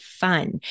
fun